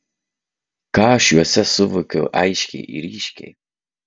ką aš juose suvokiau aiškiai ir ryškiai